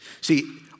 See